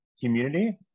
community